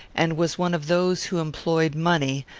and was one of those who employed money,